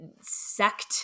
sect